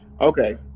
Okay